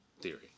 theory